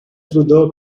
trudeau